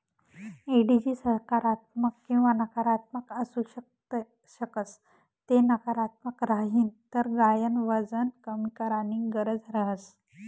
एडिजी सकारात्मक किंवा नकारात्मक आसू शकस ते नकारात्मक राहीन तर गायन वजन कमी कराणी गरज रहस